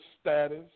status